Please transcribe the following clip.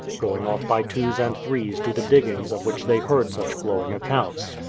going off by twos and threes to the diggings of which they heard such glowing accounts.